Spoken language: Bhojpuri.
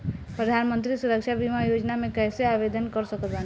प्रधानमंत्री सुरक्षा बीमा योजना मे कैसे आवेदन कर सकत बानी?